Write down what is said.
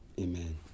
Amen